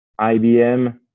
IBM